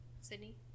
Sydney